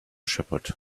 shepherd